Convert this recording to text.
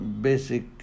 basic